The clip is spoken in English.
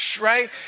right